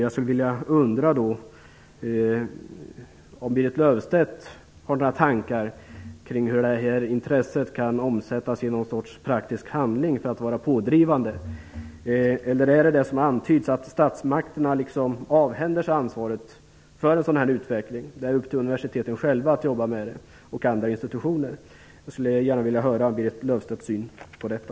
Därför undrar jag om Berit Löfstedt har några tankar om hur detta intresse kan omsättas i någon sorts praktisk handling i pådrivande syfte. Eller är det så, som antyds, att statsmakterna avhänder sig ansvaret för en sådan utveckling, så att det blir upp till universiteten och andra institutioner att själva jobba med detta? Jag vill gärna höra vad Berit Löfstedt har för syn på detta.